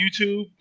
YouTube